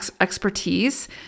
expertise